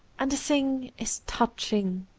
and the thing is touching,